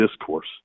discourse